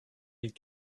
mille